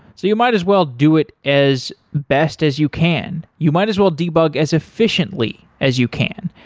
so you might as well do it as best as you can. you might as well debug as efficiently as you can.